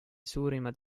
suurimad